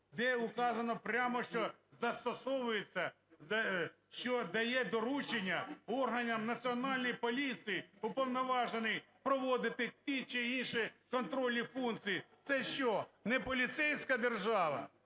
що застосовується, що дає доручення органам Національної поліції уповноважений проводити ті чи інші контрольні функції. Це що, не поліцейська держава?